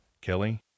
Kelly